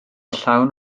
llawn